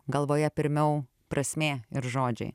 galvoje pirmiau prasmė ir žodžiai